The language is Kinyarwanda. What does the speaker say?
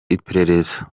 iperereza